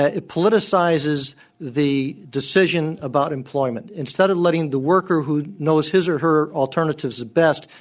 ah it politicizes the decision about employment. instead of letting the worker who knows his or her alternatives best,